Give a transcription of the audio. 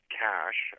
cash